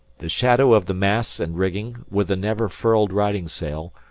the shadow of the masts and rigging, with the never-furled riding-sail,